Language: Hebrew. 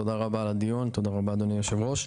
תודה רבה על הדיון, תודה רבה אדוני היושב-ראש.